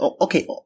okay